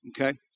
okay